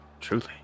truly